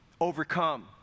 Overcome